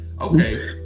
Okay